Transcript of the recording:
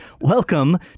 welcome